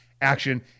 action